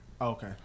Okay